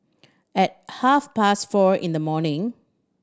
at half past four in the morning